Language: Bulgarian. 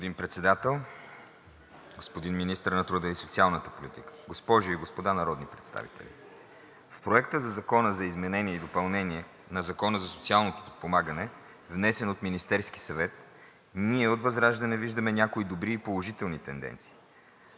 Господин Председател, господин Министър на труда и социалната политика, госпожи и господа народни представители! В Законопроекта за изменение и допълнение на Закона за социално подпомагане, внесен от Министерския съвет, ние от ВЪЗРАЖДАНЕ виждаме някои добри и положителни тенденции.